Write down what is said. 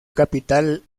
capital